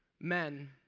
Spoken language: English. Men